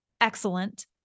excellent